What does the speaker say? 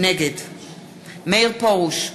נגד מאיר פרוש,